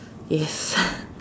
yes